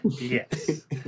yes